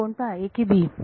पण कोणता a की b